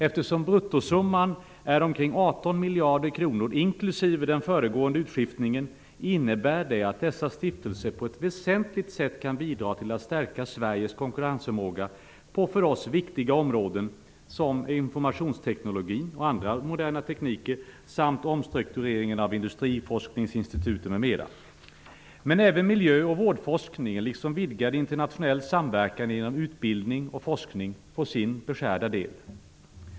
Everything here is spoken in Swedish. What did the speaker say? Eftersom bruttosumman är omkring 18 miljarder kronor inklusive den föregående utskiftningen, innebär det att dessa stiftelser på ett väsentligt sätt kan bidra till att stärka Sveriges konkurrensförmåga på för oss viktiga områden som informationsteknologi, andra moderna tekniker, omstrukturering av industriforskningsinstituten m.m. Men även miljö och vårdforskningen liksom en vidgad internationell samverkan inom utbildning och forskning får sin beskärda del.